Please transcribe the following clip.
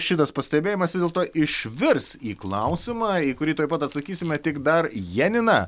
šitas pastebėjimas dėl to išvirs į klausimą į kurį tuoj pat atsakysime tik dar janina